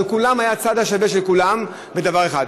אבל כולם, הצד השווה של כולם היה בדבר אחד: